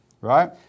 right